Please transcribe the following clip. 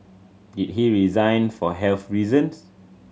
did he resign for health reasons